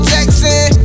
Jackson